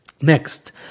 Next